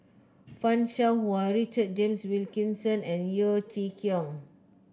Fan Shao Hua Richard James Wilkinson and Yeo Chee Kiong